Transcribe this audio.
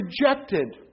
rejected